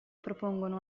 propongono